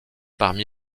parmi